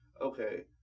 okay